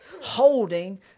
holding